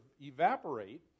evaporate